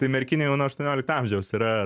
tai merkinė jau nuo aštuoniolikto amžiaus yra